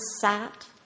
sat